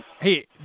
Hey